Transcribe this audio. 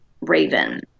Raven